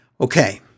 Okay